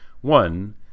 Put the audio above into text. one